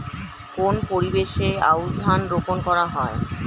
কোন পরিবেশে আউশ ধান রোপন করা হয়?